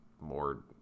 More